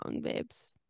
babes